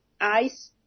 ICE